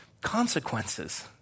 consequences